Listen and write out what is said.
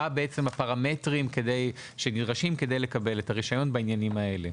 לגבי מהם הפרמטרים הנדרשים כדי לקבל את הרישיון בעניינים האלה.